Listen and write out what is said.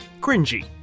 Cringy